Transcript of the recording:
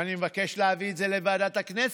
אני מבקש להביא את זה לוועדת הכנסת,